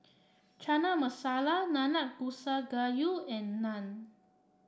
Chana Masala Nanakusa Gayu and Naan